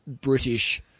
British